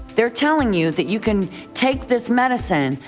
they're telling you that you can take this medicine,